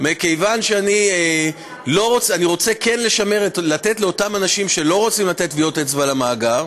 מכיוון שאני רוצה לתת לאותם אנשים שלא רוצים לתת טביעות אצבע למאגר,